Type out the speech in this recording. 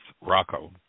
Rocco